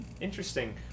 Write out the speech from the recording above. Interesting